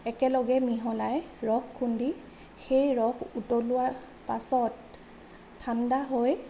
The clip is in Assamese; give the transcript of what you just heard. একেলগে মিহলাই ৰস খুন্দি সেই ৰস উতলোৱাৰ পাছত ঠাণ্ডা হৈ